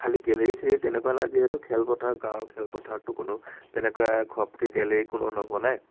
খালী গেলেৰী চেলেৰী তেনেকুৱা নাই যিহেতু খেলপথাৰ গাঁৱৰ খেলপথাৰততো কোনো তেনেকুৱা ঘপকে গেলেৰী কোনো নবনায়